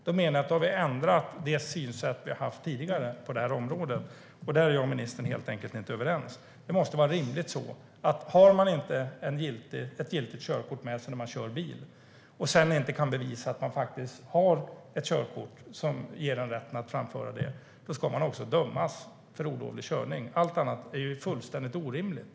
Då menar jag att vi har ändrat det synsätt som vi har haft tidigare på det här området. Här är jag och ministern helt enkelt inte överens. Det måste rimligen vara så att om man inte har med sig ett giltigt körkort när man kör bil och sedan inte kan bevisa att man faktiskt har ett körkort som ger en rätt att framföra fordonet, då ska man också dömas för olovlig körning. Allt annat är fullständig orimligt.